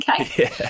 okay